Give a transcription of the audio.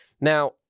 now